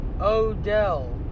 Odell